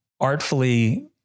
artfully